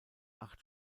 acht